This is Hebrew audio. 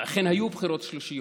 וכן היו בחירות שלישיות,